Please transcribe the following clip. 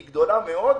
היא גדולה מאוד,